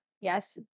Yes